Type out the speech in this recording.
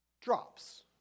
Drops